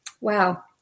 wow